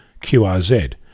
QRZ